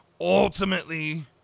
Ultimately